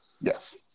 Yes